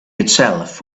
itself